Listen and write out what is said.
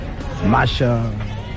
Masha